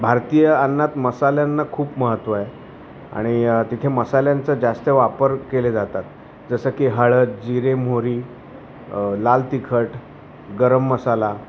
भारतीय अन्नात मसाल्यांना खूप महत्त्व आहे आणि तिथे मसाल्यांचां जास्त वापर केले जातात जसं की हळद जिरे मोहरी लाल तिखट गरम मसाला